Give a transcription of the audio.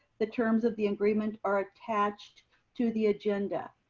the terms of the agreement are attached to the agenda.